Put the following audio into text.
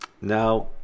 now